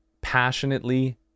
passionately